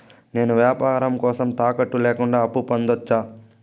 నేను వ్యాపారం కోసం తాకట్టు లేకుండా అప్పు పొందొచ్చా?